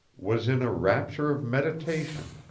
was in a rapture of meditation,